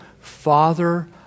father